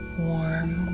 warm